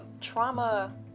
Trauma